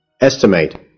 Estimate